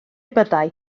byddai